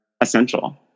essential